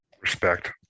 Respect